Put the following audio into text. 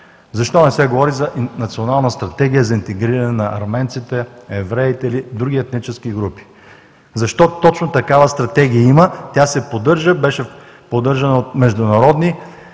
Защо не се говори за Национална стратегия за интегриране на арменците, евреите или други етнически групи? Защо точно такава Стратегия има? Тя се поддържа, беше поддържана от международни